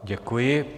Děkuji.